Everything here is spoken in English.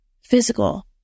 physical